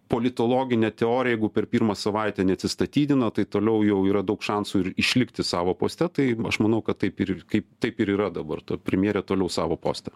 politologinę teoriją jeigu per pirmą savaitę neatsistatydina tai toliau jau yra daug šansų ir išlikti savo poste tai aš manau kad taip ir kaip taip ir yra dabar ta premjerė toliau savo poste